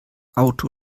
auto